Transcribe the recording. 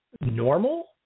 normal